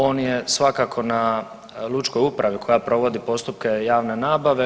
On je svakako na lučkoj upravi koja provodi postupke javne nabave.